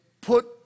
put